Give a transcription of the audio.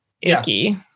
icky